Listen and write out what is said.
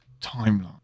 timeline